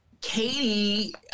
Katie